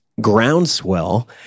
groundswell